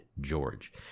George